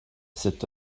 cet